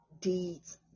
deeds